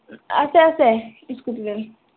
আছে আছে স্কুটীত তেল